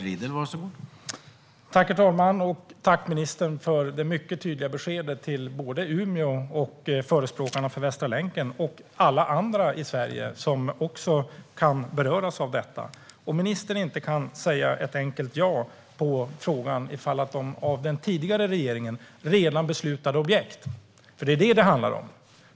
Herr talman! Tack, ministern, för det mycket tydliga beskedet till både Umeå och förespråkarna för Västra länken och alla andra i Sverige som också kan beröras av detta! Ministern kan alltså inte svara ett enkelt ja på frågan om av den tidigare regeringen redan beslutade objekt. Det är ju det det handlar om.